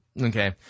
okay